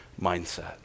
mindset